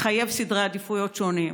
מחייב סדרי עדיפויות שונים.